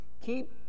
Keep